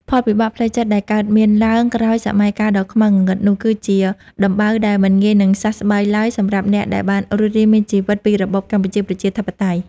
ផលវិបាកផ្លូវចិត្តដែលកើតមានឡើងក្រោយសម័យកាលដ៏ខ្មៅងងឹតនោះ គឺជាដំបៅដែលមិនងាយនឹងសះស្បើយឡើយសម្រាប់អ្នកដែលបានរស់រានមានជីវិតពីរបបកម្ពុជាប្រជាធិបតេយ្យ។